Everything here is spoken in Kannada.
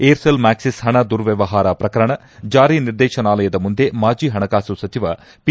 ಏರ್ಸೆಲ್ ಮ್ಯಾಕ್ಸಿಸ್ ಹಣ ದುರ್ವ್ನವಹಾರ ಪ್ರಕರಣ ಜಾರಿ ನಿರ್ದೇಶನಾಲಯದ ಮುಂದೆ ಮಾಜಿ ಹಣಕಾಸು ಸಚಿವ ಪಿ